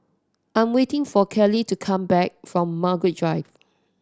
I'm waiting for Kelley to come back from Margaret Drive